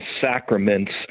sacraments